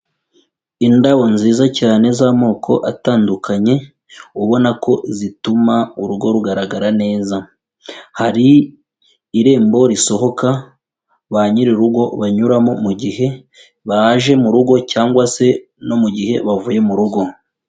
Indabo nziza cyane z'amoko atandukanye, ubona ko zituma urugo rugaragara neza, hari irembo risohoka, ba nyir'urugo banyuramo mu gihe baje mu rugo cyangwa se no mu gihe bavuye mu rugo.